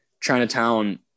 Chinatown